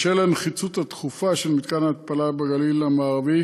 בשל הנחיצות הדחופה של מתקן התפלה בגליל המערבי